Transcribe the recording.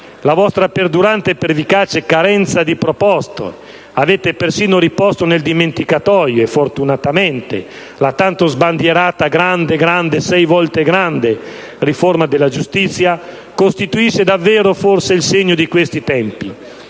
La vostra perdurante e pervicace carenza di proposte (avete persino riposto nel dimenticatoio, e fortunatamente, la tanto sbandierata grande, grande, sei volte grande riforma della giustizia) costituisce davvero, forse, il segno di questi tempi.